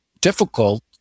difficult